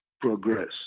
Progress